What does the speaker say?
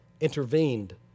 intervened